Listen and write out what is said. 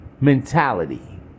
mentality